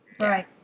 right